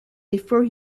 before